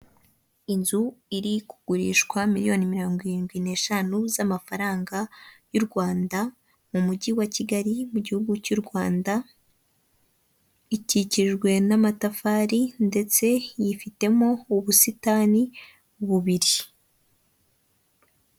Inzu iri kugurishwa miliyoni mirongo irindwi n'eshanu z'amafaranga y'u Rwanda mu mujyi wa Kigali mu gihugu cy'u Rwanda, ikikijwe n'amatafari ndetse yifitemo ubusitani bubiri.